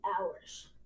hours